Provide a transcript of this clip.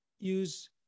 use